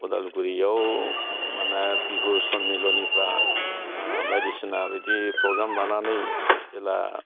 अदालगुरियाव माने बिहु सनमिलनिफ्रा बायदिसिना बिदि प्रग्राम लानानै जेला